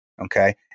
Okay